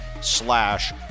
slash